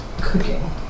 cooking